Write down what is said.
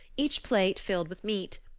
each plate filled with meat.